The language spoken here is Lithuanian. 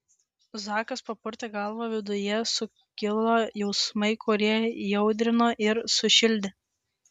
zakas papurtė galvą viduje sukilo jausmai kurie įaudrino ir sušildė